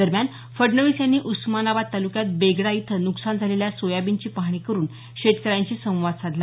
दरम्यान फडणवीस यांनी उस्मानाबाद तालुक्यात बेगडा इथं नुकसान झालेल्या सोयाबीनची पाहणी करून शेतकऱ्यांशी संवाद साधला